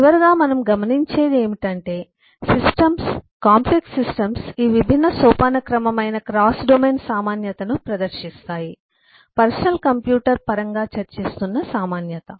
చివరగా మనము గమనించేది ఏమిటంటే సిస్టమ్స్ కాంప్లెక్స్ సిస్టమ్స్ ఈ విభిన్న సోపానక్రమం అయిన క్రాస్ డొమైన్ సామాన్యతను ప్రదర్శిస్తాయి పర్సనల్ కంప్యూటర్ పరంగా చర్చిస్తున్న సామాన్యత